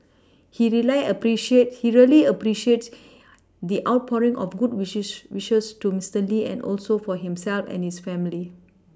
he rely appreciate he really appreciates the outpouring of good wish she wishes to Mister Lee and also for himself and his family